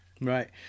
Right